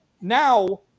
now